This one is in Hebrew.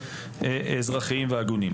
אזרחיים והגונים.